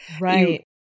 right